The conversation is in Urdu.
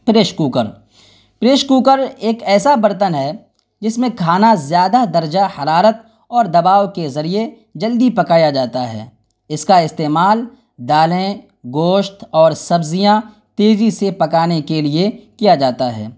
پریش کوکر پریش کوکر ایک ایسا برتن ہے جس میں کھانا زیادہ درجہ حرارت اور دباؤ کے ذریعے جلدی پکایا جاتا ہے اس کا استعمال دالیں گوشت اور سبزیاں تیزی سے پکانے کے لیے کیا جاتا ہے